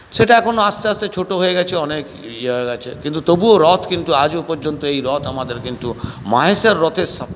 সেটা এখন আস্তে আস্তে ছোটো হয়ে গেছে অনেক ইয়ে হয়ে গেছে কিন্তু তবুও রথ কিন্তু আজও পর্যন্ত এই রথ আমাদের কিন্তু মাহেশের রথের